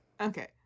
Okay